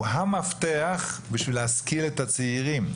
הוא המפתח בשביל להשכיל את הצעירים,